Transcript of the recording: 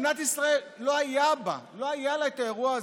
במדינת ישראל לא היה אירוע כזה,